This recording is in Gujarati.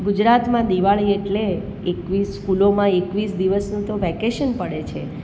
ગુજરાતમાં દિવાળી એટલે એકવીસ સ્કૂલોમાં એકવીસ દિવસનું તો વેકેશન પડે છે